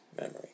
memory